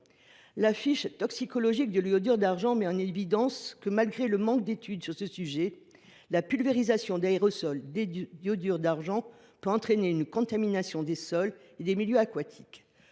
La fiche toxicologique de l’iodure d’argent met en évidence que, malgré le manque d’études sur ce sujet, « la pulvérisation d’aérosols d’iodure d’argent peut entraîner une contamination des sols et des milieux aquatiques,